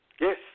Yes